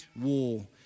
war